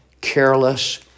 careless